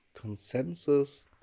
consensus